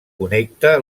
connecta